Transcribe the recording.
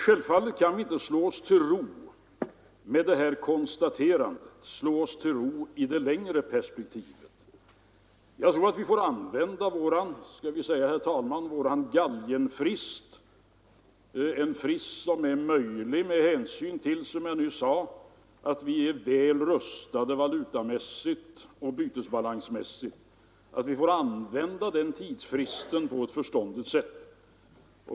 Självfallet kan vi inte i det längre perspektivet slå oss till ro med det här konstaterandet. Jag tror, herr talman, att vi får använda vår galgenfrist — en frist som är möjlig med hänsyn till, som jag nyss sade, att vi är väl rustade valutamässigt och bytesbalansmässigt — på ett förståndigt sätt.